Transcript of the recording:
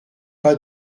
pas